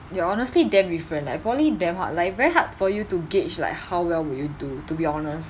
ya honestly damn different like poly damn hard like very hard for you to gauge like how well will you do to be honest